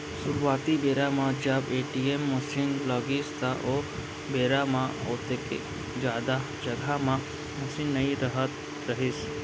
सुरूवाती बेरा म जब ए.टी.एम मसीन लगिस त ओ बेरा म ओतेक जादा जघा म मसीन नइ रहत रहिस